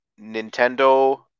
Nintendo